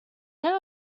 era